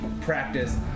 practice